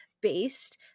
Based